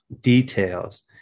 details